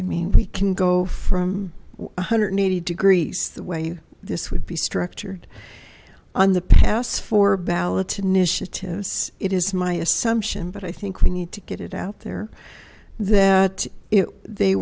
i mean we can go from one hundred and eighty degrees the way this would be structured on the past four ballot initiatives it is my assumption but i think we need to get it out there that they